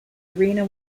arena